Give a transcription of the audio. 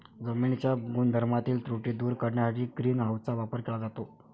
जमिनीच्या गुणधर्मातील त्रुटी दूर करण्यासाठी ग्रीन हाऊसचा वापर केला जातो